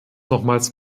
nochmals